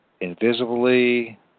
Invisibly